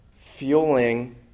fueling